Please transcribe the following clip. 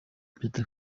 perezida